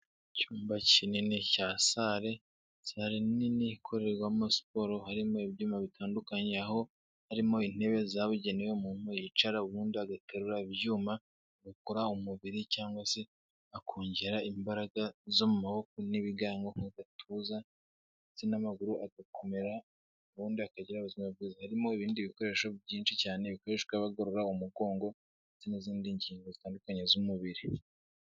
Icyumba kinini cya sale, sale nini ikorerwamo siporo, harimo ibyuma bitandukanye aho harimo intebe zabugenewe umuntu yicaraho ubundi agaterura ibyuma agakora umubiri cyangwa se akongera imbaraga zo mu maboko n'ibigango nk'agatuza ndetse n'amaguru agakomera ubundi akagira ubuzima, harimo ibindi bikoresho byinshi cyane bikoreshwa bagorora umugongo ndetse n'izindi ngingo zitandukanye z'umubiri.